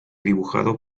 dibujado